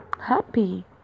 happy